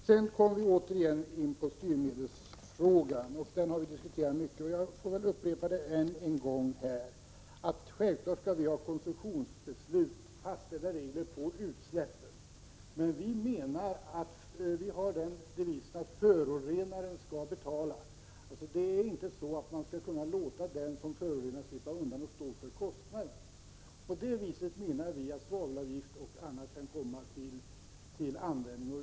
Jag kommer sedan åter in på styrmedelsfrågan, som har diskuterats mycket. Men jag får väl upprepa att vi självklart skall ha koncessionsbeslut och fastställda regler om utsläpp. Men vår devis är att förorenaren skall betala. Vederbörande skall inte få förorena och sedan slippa undan kostnaderna. Vi anser att svavelavgifter och annat kan komma till användning.